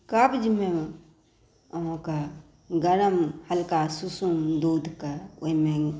कब्जमे अहाँकेॅं गरम हल्का सुसुम दूधके ओहिमे